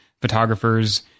photographers